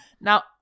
Now